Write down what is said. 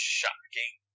Shocking